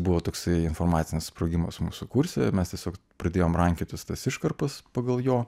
buvo toksai informacinis sprogimas mūsų kurse mes tiesiog pradėjom rankiotis tas iškarpas pagal jo